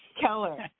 Keller